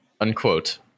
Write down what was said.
unquote